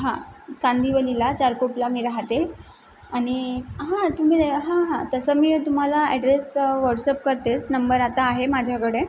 हां कांदिवलीला चारकोपला मी राहते आनि हां तुम्ही हां हां तसं मी तुम्हाला ॲड्रेस व्हॉट्सअप करतेच नंबर आता आहे माझ्याकडे